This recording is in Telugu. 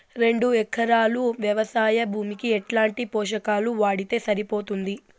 రెండు ఎకరాలు వ్వవసాయ భూమికి ఎట్లాంటి పోషకాలు వాడితే సరిపోతుంది?